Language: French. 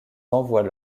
envoient